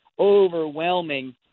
overwhelming